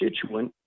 constituent